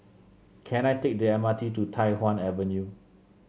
can I take the M R T to Tai Hwan Avenue